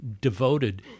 devoted